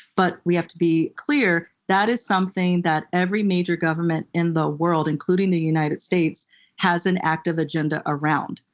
but we have to be clear that is something that every major government in the world including the united states has an active agenda around.